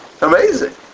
amazing